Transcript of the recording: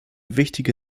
wichtige